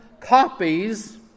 copies